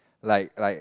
like like